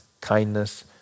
kindness